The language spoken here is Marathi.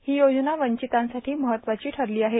हो योजना वींचतांसाठो महत्वाची ठरलो आहे